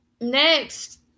Next